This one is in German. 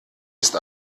ist